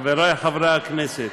גברתי היושבת בראש, חברי חברי הכנסת,